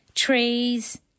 trees